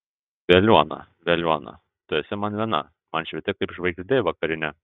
veliuona veliuona tu esi man viena man švieti kaip žvaigždė vakarinė